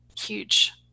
huge